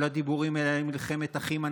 כל הדיבורים האלה על מלחמת אחים,